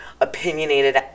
opinionated